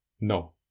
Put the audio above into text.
No